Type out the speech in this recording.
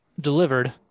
delivered